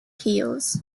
keels